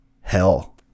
Hell